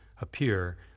appear